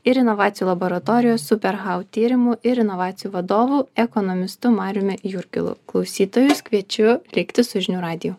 ir inovacijų laboratorijos super hau tyrimų ir inovacijų vadovų ekonomistu mariumi jurgilu klausytojus kviečiu likti su žinių radiju